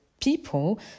people